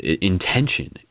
intention